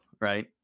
right